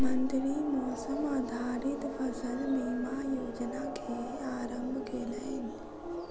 मंत्री मौसम आधारित फसल बीमा योजना के आरम्भ केलैन